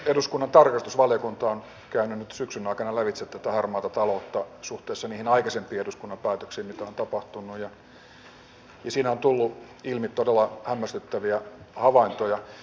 eduskunnan tarkastusvaliokunta on käynyt nyt syksyn aikana lävitse harmaata taloutta suhteessa niihin aikaisempiin eduskunnan päätöksiin mitä on tapahtunut ja siinä on tullut ilmi todella hämmästyttäviä havaintoja